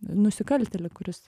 nusikaltėlį kuris